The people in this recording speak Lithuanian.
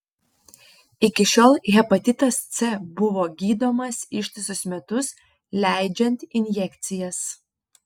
iki šiol hepatitas c buvo gydomas ištisus metus leidžiant injekcijas